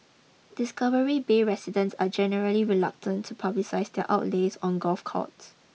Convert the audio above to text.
discovery bay residents are generally reluctant to publicise their outlays on golf carts